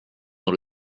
dans